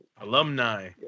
Alumni